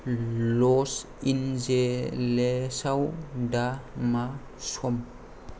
लस एन्जेलेसाव दा मा सम